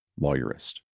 lawyerist